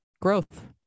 growth